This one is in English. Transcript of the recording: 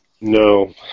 No